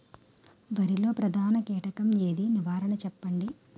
వరిలో ప్రధాన కీటకం ఏది? నివారణ చెప్పండి?